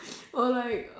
or like